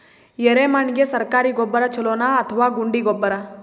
ಎರೆಮಣ್ ಗೆ ಸರ್ಕಾರಿ ಗೊಬ್ಬರ ಛೂಲೊ ನಾ ಅಥವಾ ಗುಂಡಿ ಗೊಬ್ಬರ?